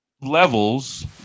levels